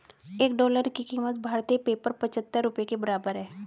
एक डॉलर की कीमत भारतीय पेपर पचहत्तर रुपए के बराबर है